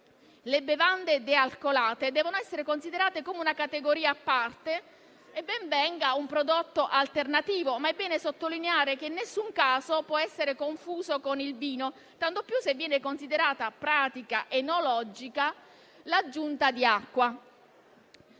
Le bevande dealcolate devono essere considerate come una categoria a parte e ben venga un prodotto alternativo, ma è bene sottolineare che in nessun caso può essere confuso con il vino, tanto più se viene considerata pratica enologica l'aggiunta di acqua.